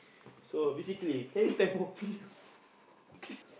so basically can you tell me